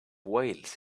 whales